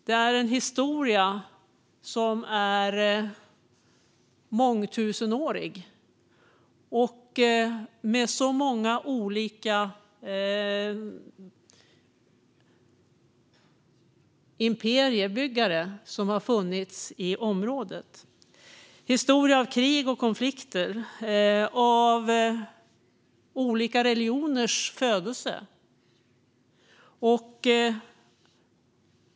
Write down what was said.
Här finns en historia som är mångtusenårig, med många olika imperiebyggare som har funnits i området. Det är en historia av krig och konflikter och av olika religioners födelse.